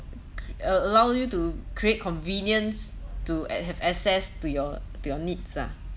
a allow you to create convenience to and have access to your to your needs ah